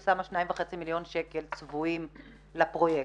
שמה 2.5 מיליון שקלים צבועים לפרויקט.